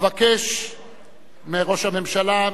אבקש מראש הממשלה,